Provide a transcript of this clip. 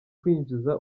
kwinjiza